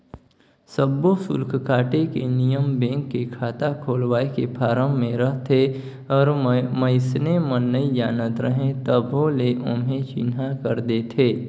सब्बो सुल्क काटे के नियम बेंक के खाता खोलवाए के फारम मे रहथे और मइसने मन नइ जानत रहें तभो ले ओम्हे चिन्हा कर देथे